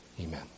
Amen